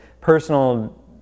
personal